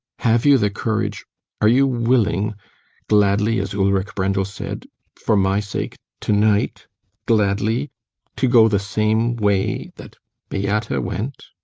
have you the courage are you willing gladly, as ulrik brendel said for my sake, to-night gladly to go the same way that beata went!